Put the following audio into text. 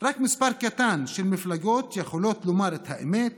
רק מספר קטן של מפלגות יכולות לומר את האמת